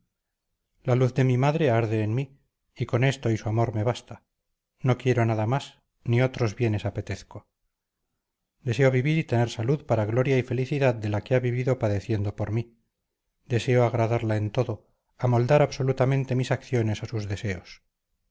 la luz de mi madre arde en mí y con esto y su amor me basta no quiero nada más ni otros bienes apetezco deseo vivir y tener salud para gloria y felicidad de la que ha vivido padeciendo por mí deseo agradarla en todo amoldar absolutamente mis acciones a sus deseos